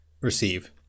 receive